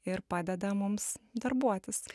ir padeda mums darbuotis